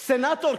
לסנטור?